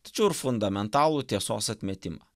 tačiau ir fundamentalų tiesos atmetimą